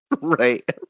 Right